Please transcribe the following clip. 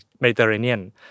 Mediterranean